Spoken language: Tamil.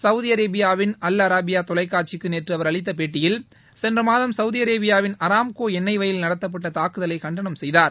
சவுதி அரேபியாவின் அல் அராபியா தொலைக்காட்சிக்கு நேற்று அவர் அளித்த பேட்டியில் சென்ற மாதம் சவுதி அரேபியாவின் அராம்கோ எண்ணெய் வயலில் நடத்தப்பட்ட தாக்குதலை கண்டனம் செய்தார்